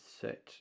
set